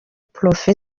prof